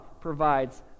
provides